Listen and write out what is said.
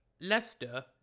Leicester